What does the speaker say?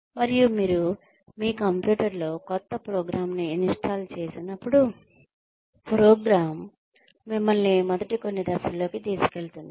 మరియు మీరు మీ కంప్యూటర్ లో క్రొత్త ప్రోగ్రామ్ ను ఇన్స్టాల్ చేసినప్పుడు ప్రోగ్రామ్ మిమ్మల్ని మొదటి కొన్ని దశల్లోకి తీసుకువెళుతుంది